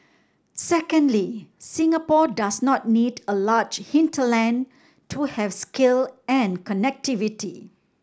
secondly Singapore does not need a large hinterland to have scale and connectivity